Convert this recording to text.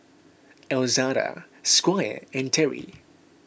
Elzada Squire and Terri